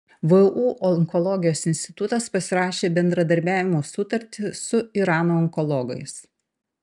vu onkologijos institutas pasirašė bendradarbiavimo sutartį su irano onkologais